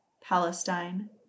palestine